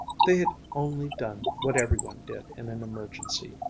they had only done what every one did in an emergency,